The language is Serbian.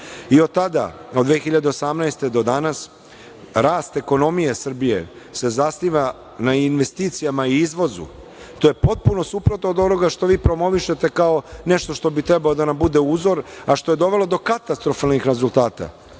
tada, od 2018. godine do danas, rast ekonomije Srbije se zasniva na investicijama i izvozu. To je potpuno suprotno od onoga što vi promovišete kao nešto što bi trebalo da nam bude uzor, a što je dovelo do katastrofalnih rezultata.